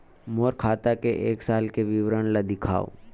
मोर खाता के एक साल के विवरण ल दिखाव?